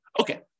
Okay